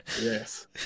Yes